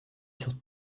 sur